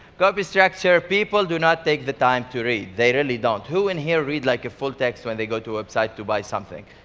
copy structure. people do not take the time to read, they really don't. who in here read like a full text when they go to a website to buy something?